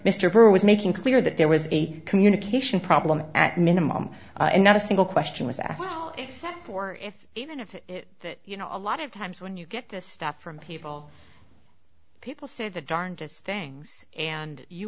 was making clear that there was a communication problem at minimum and not a single question was asked for if even if you know a lot of times when you get this stuff from people people say the darndest things and you